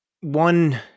one